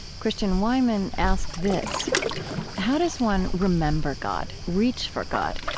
christian wiman asked this how does one remember god, reach for god,